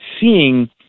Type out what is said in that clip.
seeing